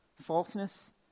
falseness